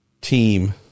team